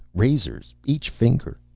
razors, each finger.